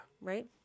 Right